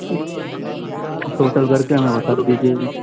ٹھیک ہے ٹوٹل کر کے ہمیں بتا دیجیے گا